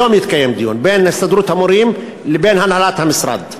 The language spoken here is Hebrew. היום התקיים דיון בין הסתדרות המורים לבין הנהלת המשרד,